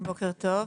בוקר טוב,